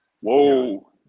Whoa